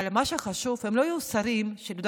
אבל מה שחשוב הוא שהם לא יהיו שרים של יהודה